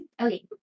Okay